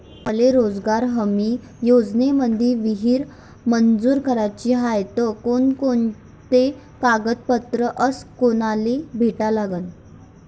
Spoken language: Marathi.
मले रोजगार हमी योजनेमंदी विहीर मंजूर कराची हाये त कोनकोनते कागदपत्र अस कोनाले भेटा लागन?